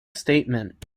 statement